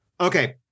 Okay